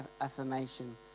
affirmation